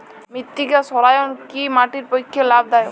মৃত্তিকা সৌরায়ন কি মাটির পক্ষে লাভদায়ক?